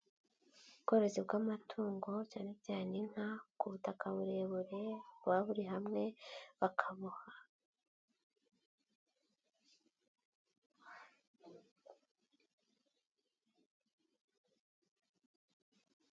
Ubworozi bw amatungo cyane cyane inka ku butaka burebure buba buri hamwe bakabuha,